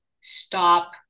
stop